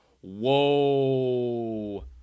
Whoa